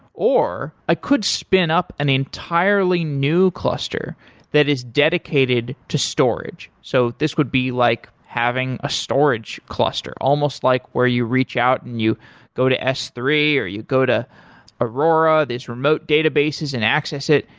or i could spin up an entirely new cluster that is dedicated to storage. so this would be like having a storage cluster, almost like where you reach out and you go to s three or you go to aurora, these remote databases and access it,